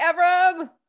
Evram